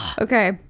okay